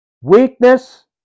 Weakness